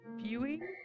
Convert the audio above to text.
Viewing